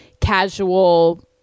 casual